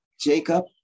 Jacob